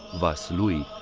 vaslui,